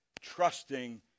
trusting